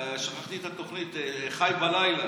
שכחתי את התוכנית, חי בלילה,